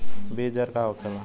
बीज के दर का होखेला?